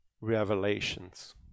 revelations